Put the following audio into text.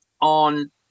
on